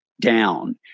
down